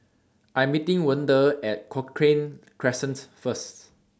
I Am meeting Wende At Cochrane Crescent First